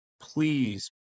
please